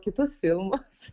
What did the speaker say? kitus filmus